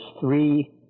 three